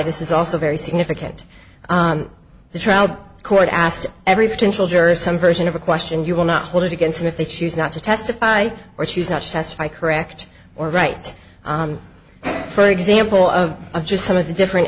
this is also very significant the trial court asked every potential juror some version of a question you will not hold it against him if they choose not to testify or choose not to testify correct or right for example of just some of the different